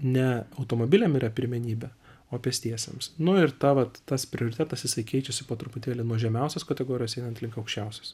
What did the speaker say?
ne automobiliam yra pirmenybė o pėstiesiems nu ir ta vat tas prioritetas jisai keičiasi po truputėlį nuo žemiausios kategorijos einant link aukščiausios